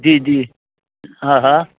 जी जी हा हा